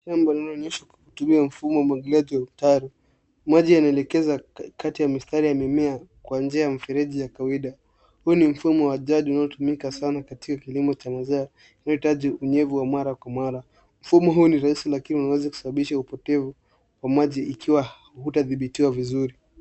Mfumo wa maji unalegea katikati ya mistari ya mimea kwenye bustani ya mpireji wa kawida. Huu mfumo unajumuisha utunzaji rahisi na unahakikisha usambazaji wa maji kwa ufanisi, ukiwezesha mimea kupokea maji kwa wakati na kwa kiwango kinachofaa.